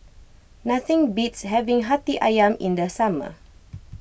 nothing beats having Hati Ayam in the summer